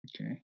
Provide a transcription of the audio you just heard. Okay